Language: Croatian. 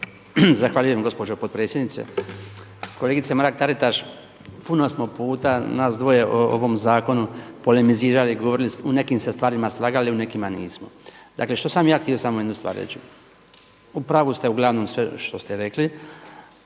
Zahvaljujem gospođo potpredsjednice. Kolegice Mrak TAritaš, puno smo puta nas dvoje o ovom zakonu polemizirali, u nekim se stvarima slagali u nekima nismo. Dakle, što sam ja htio jednu stvar reći, u pravu ste uglavnom sve što ste rekli,